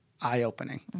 eye-opening